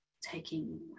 taking